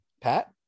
Pat